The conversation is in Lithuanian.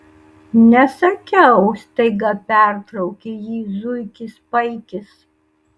nesakiau staiga pertraukė jį zuikis paikis